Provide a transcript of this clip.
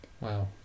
Wow